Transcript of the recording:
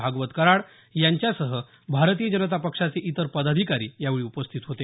भागवत कराड यांच्यासह भारतीय जनता पक्षाचे इतर पदाधिकारी यावेळी उपस्थित होते